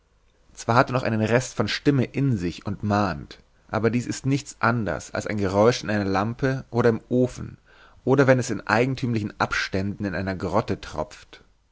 zwar hat er noch einen rest von stimme in sich und mahnt aber das ist nicht anders als ein geräusch in einer lampe oder im ofen oder wenn es in eigentümlichen abständen in einer grotte tropft